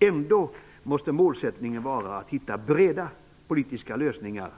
Ändå måste målsättningen vara att hitta breda politiska lösningar.